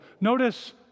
Notice